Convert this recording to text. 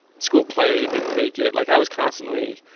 school play didn't make it. like, i was constantly